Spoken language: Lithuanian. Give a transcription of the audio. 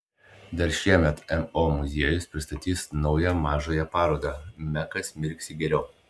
dar šiemet mo muziejus pristatys naują mažąją parodą mekas mirksi geriau